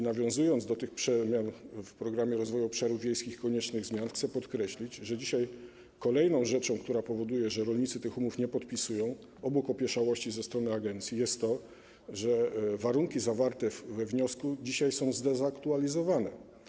Nawiązując do tych zmian w Programie Rozwoju Obszarów Wiejskich, koniecznych zmian, chcę podkreślić, że kolejną rzeczą, która powoduje, że rolnicy tych umów nie podpisują, obok opieszałości ze strony agencji jest to, że warunki zawarte we wniosku dzisiaj są zdezaktualizowane.